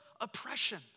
oppression